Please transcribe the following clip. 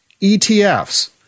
ETFs